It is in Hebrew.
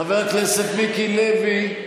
חבר הכנסת מיקי לוי,